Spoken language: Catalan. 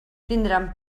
tindran